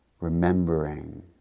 remembering